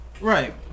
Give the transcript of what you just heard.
Right